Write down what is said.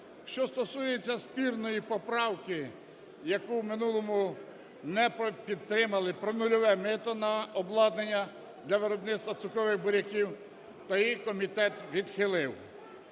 Що стосується спірної поправки, яку в минулому не підтримали, про нульове мито на обладнання для виробництва цукрових буряків, то її комітет відхилив.